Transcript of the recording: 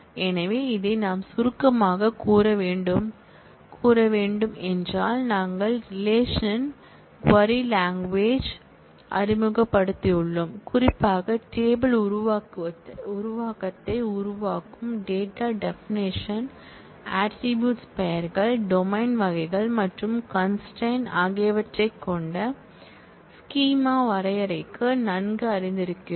எனவே இதை நாம் சுருக்கமாகக் கூற வேண்டும் நாங்கள் ரெலேஷனல் க்வரி லாங்குவேஜ் அறிமுகப்படுத்தியுள்ளோம் குறிப்பாக டேபிள் உருவாக்கத்தை உருவாக்கும் டேட்டா டெபானஷன் ஆட்ரிபூட்ஸ் பெயர்கள் டொமைன் வகைகள் மற்றும் கன்ஸ்ட்ரெயின்ட் ஆகியவற்றைக் கொண்ட ஸ்கீமா வரையறைக்கு நன்கு அறிந்திருக்கிறோம்